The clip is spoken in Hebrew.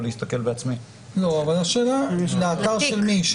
לאתר של מי?